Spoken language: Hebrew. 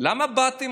למה באתם?